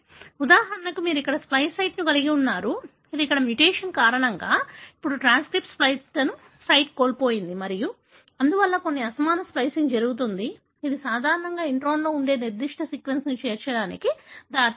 ఉదాహరణకు మీరు ఇక్కడ స్ప్లైస్ సైట్ను కలిగి ఉన్నారు ఇది ఇక్కడ మ్యుటేషన్ కారణంగా ఇప్పుడు ట్రాన్స్క్రిప్ట్ స్ప్లైస్ సైట్ను కోల్పోయింది మరియు అందువల్ల కొన్ని అసమాన స్ప్లికింగ్ జరుగుతుంది ఇది సాధారణంగా ఇంట్రాన్లో ఉండే నిర్దిష్ట సీక్వెన్స్ని చేర్చడానికి దారితీస్తుంది